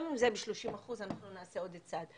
גם אם זה ב-30%, אנחנו נעשה עוד צעד.